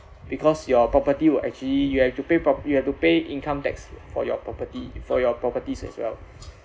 because your property will actually you have to pay property you have to pay income tax for your property for your properties as well